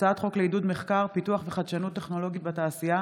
הצעת חוק לעידוד מחקר פיתוח וחדשנות טכנולוגית בתעשייה